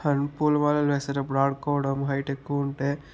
and పూలమాలలు వేసేటప్పుడు ఆడుకోడము హైట్ ఎక్కువ ఉంటే